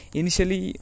initially